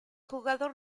jugador